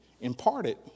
imparted